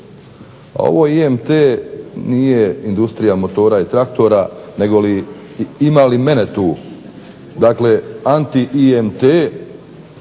ovo IMT nije industrija motora i traktora, ima li mene tu. AntiIMT